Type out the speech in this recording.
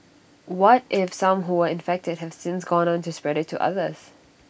what if some who were infected have since gone on to spread IT to others